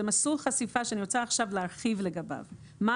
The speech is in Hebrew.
זה מסלול חשיפה שאני רוצה להרחיב לגביו: מה